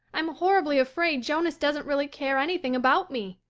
i'm horribly afraid jonas doesn't really care anything about me.